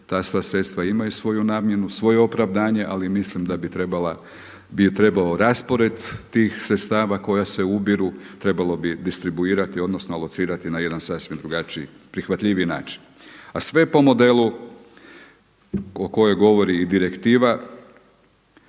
Ta sredstva imaju svoju namjenu, svoje opravdanje, ali mislim da bi trebao raspored tih sredstava koja se ubiru, trebalo bi distribuirati odnosno locirati na jedan sasvim drugačiji, prihvatljiviji način, a sve po modelu o kojoj govori i i direktiva,